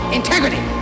integrity